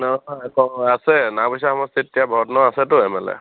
আছে নাওবৈচা সমষ্টিত এতিয়া ভৰত নৰহ আছেতোঁ এম এল এ